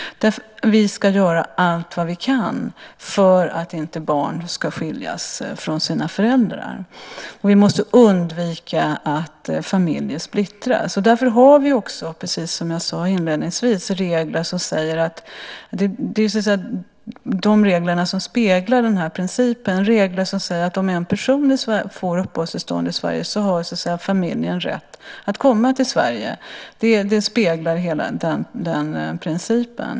Vi ska göra allt vad vi kan för att inte barn ska skiljas från sina föräldrar. Vi måste undvika att familjer splittras. Därför har vi också, precis som jag sade inledningsvis, regler som så att säga speglar principen att om en person får uppehållstillstånd i Sverige så har familjen rätt att komma till Sverige. De speglar hela den principen.